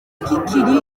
kikiri